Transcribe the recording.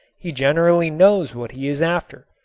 he generally knows what he is after,